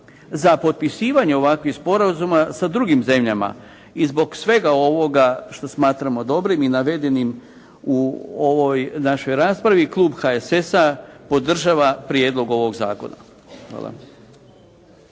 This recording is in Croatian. za potpisivanje ovakvih sporazuma sa drugim zemljama. I zbog svega ovoga što smatramo dobrim i navedenim u ovoj našoj raspravi klub HSS-a podržava prijedlog ovog zakona. Hvala.